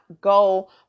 go